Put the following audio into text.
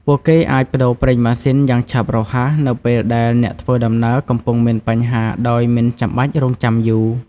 ពួកគេអាចប្តូរប្រេងម៉ាស៊ីនយ៉ាងឆាប់រហ័សនៅពេលដែលអ្នកធ្វើដំណើរកំពុងមានបញ្ហាដោយមិនចាំបាច់រង់ចាំយូរ។